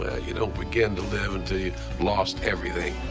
ah you don't begin to live until you've lost everything.